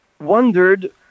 wondered